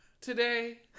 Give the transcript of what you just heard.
today